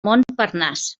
montparnasse